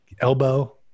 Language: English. elbow